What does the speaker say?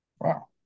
Wow